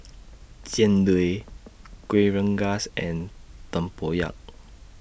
Jian Dui Kuih Rengas and Tempoyak